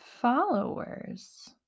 followers